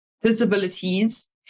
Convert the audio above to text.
disabilities